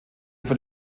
von